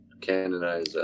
canonize